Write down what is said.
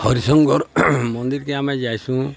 ହରିଶଙ୍କର ମନ୍ଦିର୍କେଁ ଆମେ ଯାଇସୁଁ